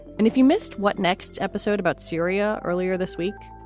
and if you missed what next episode about syria earlier this week,